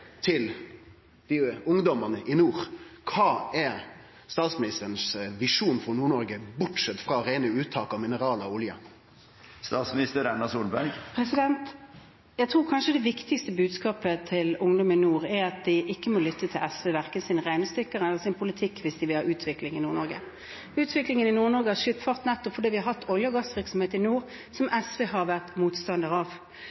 til ungdommane i nord? Kva er statsministerens visjon for Nord-Noreg – bortsett ifrå reine uttak av mineralar og olje? Jeg tror kanskje at det viktigste budskapet til ungdommen i nord er at de ikke må lytte til verken SVs regnestykker eller SVs politikk hvis de vil ha utvikling i Nord-Norge. Utviklingen i Nord-Norge har skutt fart nettopp fordi vi har hatt olje- og gassvirksomhet i nord, som SV har vært motstander av.